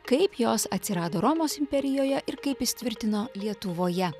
kaip jos atsirado romos imperijoje ir kaip įsitvirtino lietuvoje